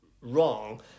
wrong